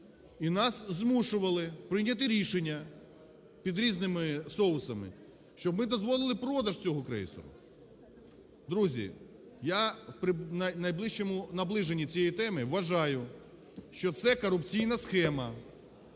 І нас змушували прийняти рішення під різними соусами, щоб дозволили продаж цього крейсеру. Друзі, я в найближчому… наближені цієї теми вважаю, що це корупційна схема,